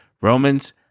Romans